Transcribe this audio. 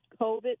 COVID